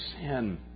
sin